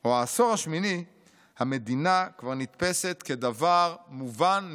או העשור השמיני המדינה כבר נתפסת כדבר מובן מאליו,